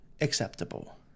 acceptable